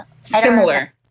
Similar